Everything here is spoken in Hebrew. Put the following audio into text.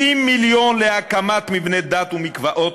70 מיליון להקמת מבני דת ומקוואות,